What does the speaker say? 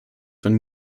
from